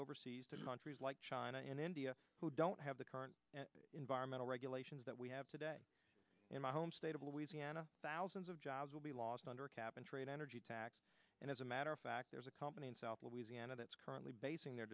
overseas to countries like china and india who don't have the current environmental regulations that we have today in my home state of louisiana thousands of jobs will be lost under a cap and trade energy tax and as a matter of fact there's a company in south louisiana that's currently basing their